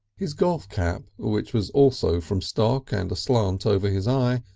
his golf cap, which was also from stock and aslant over his eye,